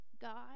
God